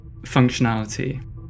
functionality